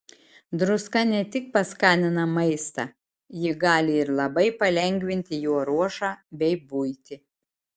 druska ne tik paskanina maistą ji gali ir labai palengvinti jo ruošą bei buitį